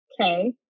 Okay